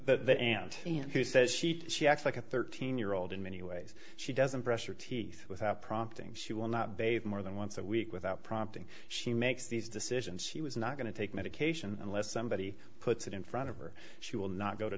says she she acts like a thirteen year old in many ways she doesn't brush your teeth without prompting she will not bathe more than once a week without prompting she makes these decisions she was not going to take medication unless somebody puts it in front of or she will not go to